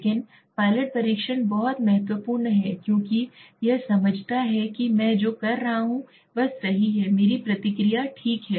लेकिन पायलट परीक्षण बहुत महत्वपूर्ण है क्योंकि यह समझता है कि मैं जो कर रहा हूं वह सही है मेरी प्रक्रिया है ठीक है